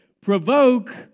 provoke